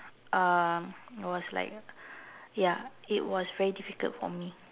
um it was like ya it was very difficult for me